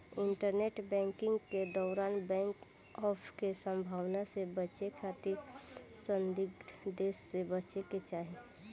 internet banking के दौरान bank fraud के संभावना से बचे खातिर संदिग्ध संदेश से बचे के चाही